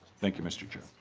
thank you mr. chair.